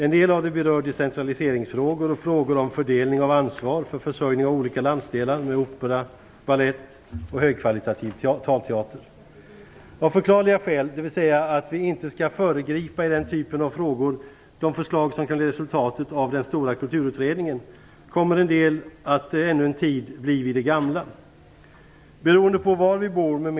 En del av betänkandet berör decentraliseringsfrågor och frågor om fördelning av ansvar för försörjning av olika landsdelar med opera, balett och högkvalitativ talteater. För att vi inte i den typen av frågor skall föregripa de förslag som kan bli resultatet av den stora kulturutredningen kommer en del att ännu en tid bli vid det gamla. Beroende på var vi bor etc.